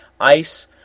ice